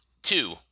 Two